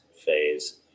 phase